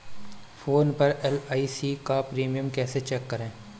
Phone पर एल.आई.सी का premium कैसे चेक करें?